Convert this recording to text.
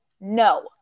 no